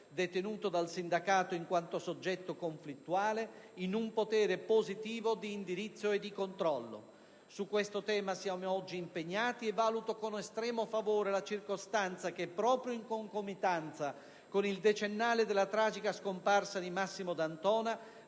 detenuto dal sindacato in quanto soggetto conflittuale, in un potere positivo di indirizzo e di controllo". Su questo tema siamo oggi impegnati e valuto con estremo favore la circostanza che, proprio in concomitanza con il decennale della tragica scomparsa di Massimo D'Antona,